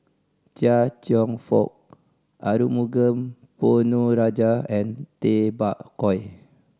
Chia Cheong Fook Arumugam Ponnu Rajah and Tay Bak Koi